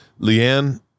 leanne